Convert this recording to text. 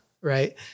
right